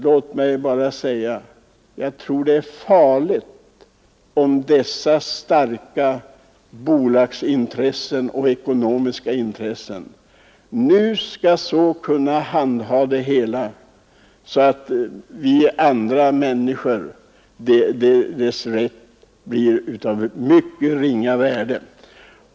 Låt mig bara säga att det är farligt om dessa starka bolagsintressen och andra ekonomiska intressen nu skall skötas så, att andra människors rätt blir av ringa värde.